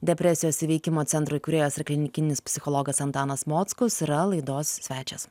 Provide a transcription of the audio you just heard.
depresijos įveikimo centro įkūrėjas ir klinikinis psichologas antanas mockus yra laidos svečias